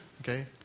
Okay